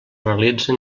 realitza